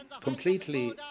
completely